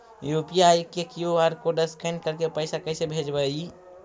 UPI के QR code scan करके पैसा कैसे भेजबइ?